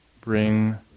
bring